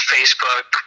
Facebook